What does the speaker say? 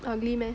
ugly meh